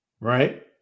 Right